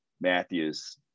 matthews